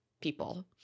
people